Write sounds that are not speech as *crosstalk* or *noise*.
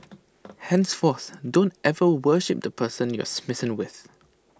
*noise* henceforth don't ever worship the person you're smitten with